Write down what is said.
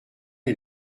les